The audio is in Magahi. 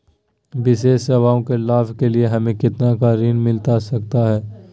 विशेष सेवाओं के लाभ के लिए हमें कितना का ऋण मिलता सकता है?